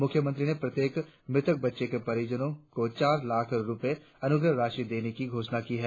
मुख्यमंत्री ने प्रत्येक मृतक बच्चे के परिजनों को चार लाख रुपये अनुग्रह राशि देने की घोषणा की है